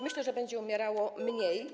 Myślę, że będzie umierało mniej.